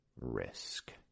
risk